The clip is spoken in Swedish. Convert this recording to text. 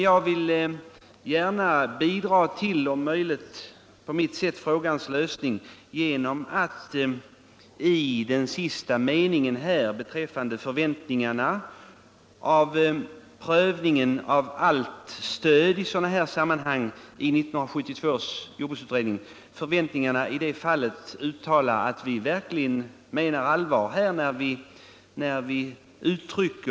Jag vill gärna om möjligt på mitt sätt bidra till frågans lösning genom att uttala att vi menar allvar när vi i den sista meningen säger att vi förväntar oss att 1972 års jordbruksutredning skall göra en prövning av hela frågan om stödet till jordbrukets rationalisering.